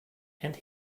and